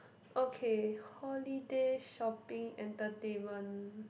okay holiday shopping entertainment